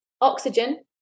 oxygen